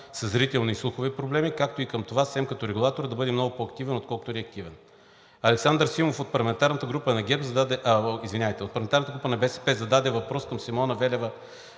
със зрителни и слухови проблеми, както и към това СЕМ като регулатор да бъде много по-активен, отколкото реактивен. Александър Симов от парламентарната група на БСП зададе въпрос към Симона Велева